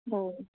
অঁ